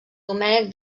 domènec